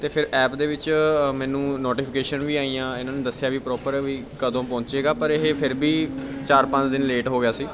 ਅਤੇ ਫਿਰ ਐਪ ਦੇ ਵਿੱਚ ਮੈਨੂੰ ਨੋਟੀਫਿਕੇਸ਼ਨ ਵੀ ਆਈਆਂ ਇਹਨਾਂ ਨੇ ਦੱਸਿਆ ਵੀ ਪ੍ਰੋਪਰ ਵੀ ਕਦੋਂ ਪਹੁੰਚੇਗਾ ਪਰ ਇਹ ਫਿਰ ਵੀ ਚਾਰ ਪੰਜ ਦਿਨ ਲੇਟ ਹੋ ਗਿਆ ਸੀ